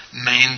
main